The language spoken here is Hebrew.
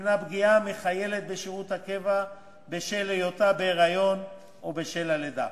שתמנע פגיעה בחיילת בשירות הקבע בשל היותה בהיריון או בשל הלידה.